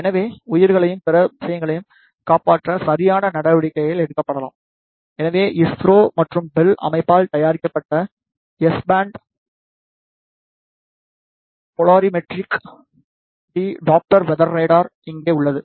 எனவே உயிர்களையும் பிற விஷயங்களையும் காப்பாற்ற சரியான நடவடிக்கைகள் எடுக்கப்படலாம் எனவே இஸ்ரோ மற்றும் பெல் அமைப்பால் தயாரிக்கப்பட்ட S band polarimetric Doppler weather radar இங்கே உள்ளது